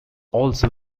also